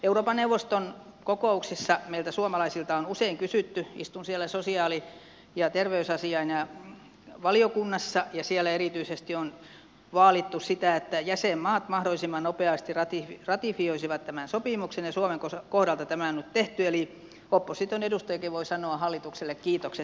euroopan neuvoston kokouksissa meiltä suomalaisilta on usein kysytty istun siellä sosiaali ja terveysasiain valiokunnassa ja erityisesti on vaalittu sitä että jäsenmaat mahdollisimman nopeasti ratifioisivat tämän sopimuksen ja suomen kohdalta tämä on nyt tehty eli opposition edustajakin voi sanoa hallitukselle kiitokset